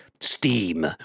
Steam